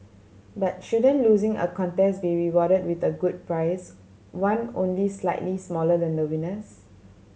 but shouldn't losing a contest be rewarded with a good prize one only slightly smaller than the winner's